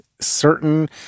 certain